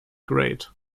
great